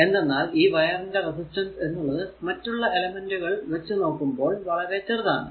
എന്തെന്നാൽ ഈ വയറിന്റെ റെസിസ്റ്റൻസ് എന്നുള്ളത് മറ്റുള്ള എലെമെന്റുകൾ വച്ച് നോക്കുമ്പോൾ വളരെ ചെറുതാണ്